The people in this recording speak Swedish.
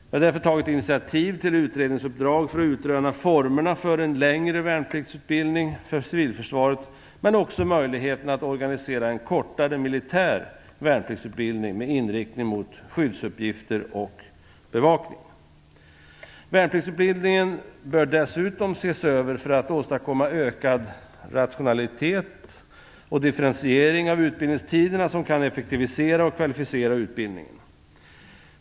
Vi har därför tagit initiativ till utredningsuppdrag för att utröna formerna för en längre värnpliktsutbildning för Civilförsvaret, men också möjligheterna att organisera en kortare militär värnpliktsutbildning med inriktning mot skyddsuppgifter och bevakning. Värnpliktsutbildningen bör dessutom ses över i syfte att åstadkomma ökad rationalitet och differentiering av utbildningstiderna, vilket kan effektivisera och kvalificera utbildningen.